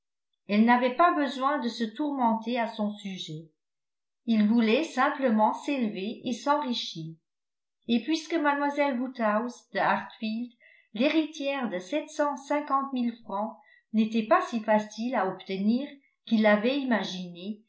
elle n'avait pas besoin de se tourmenter à son sujet il voulait simplement s'élever et s'enrichir et puisque mlle woodhouse de hartfield l'héritière de sept cent cinquante mille francs n'était pas si facile à obtenir qu'il l'avait imaginé